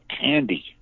Candy